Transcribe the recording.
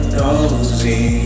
nosy